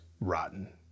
rotten